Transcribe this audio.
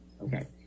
Okay